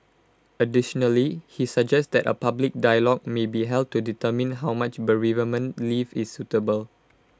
additionally he suggests that A public dialogue may be held to determine how much bereavement leave is suitable